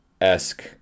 esque